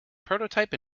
prototype